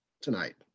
tonight